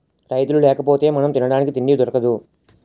రైతులు లేకపోతె మనం తినడానికి తిండి దొరకదు